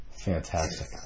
Fantastic